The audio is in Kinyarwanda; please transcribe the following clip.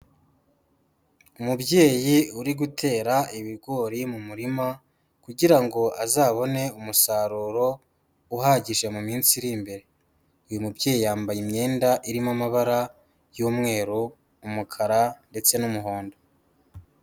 Umubyeyi uri gutera ibigori mu murima, kugira ngo azabone umusaruro uhagije mu minsi iri imbere, uyu mubyeyi yambaye imyenda irimo amabara y'umweru, umukara ndetse n'umuhondo.